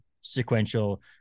sequential